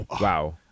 wow